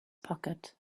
pocket